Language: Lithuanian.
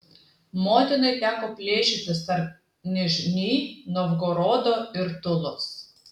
motinai teko plėšytis tarp nižnij novgorodo ir tulos